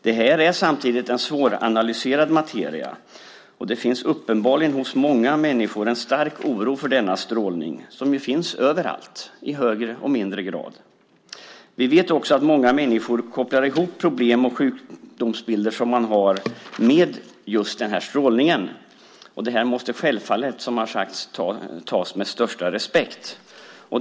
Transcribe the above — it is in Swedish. Det här är samtidigt en svåranalyserad materia, och det finns uppenbarligen en stark oro hos många människor för denna strålning, som ju finns överallt i högre eller lägre grad. Vi vet också att många människor kopplar ihop problem och sjukdomsbilder som man har med just denna strålning, och detta måste självfallet behandlas med den största respekt.